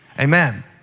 Amen